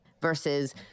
versus